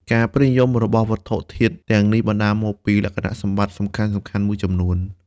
ការពេញនិយមរបស់វត្ថុធាតុទាំងនេះបណ្ដាលមកពីលក្ខណៈសម្បត្តិសំខាន់ៗមួយចំនួន។